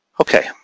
Okay